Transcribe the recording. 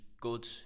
good